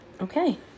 Okay